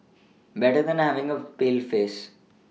better than having a pale face